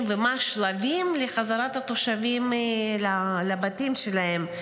ומה השלבים לחזרת התושבים לבתים שלהם.